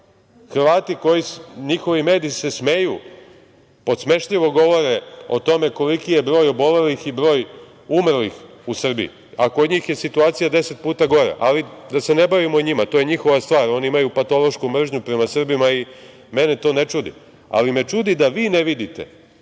Hrvatskoj se smeju, podsmešljivo govore o tome koliki je broj obolelih i broj umrlih u Srbiji, a kod njih je situacija deset puta gora, ali da se ne bavimo njima. To je njihova stvar. Oni imaju patološku mržnju prema Srbima i mene to ne čudi, ali me čudi da vi ne vidite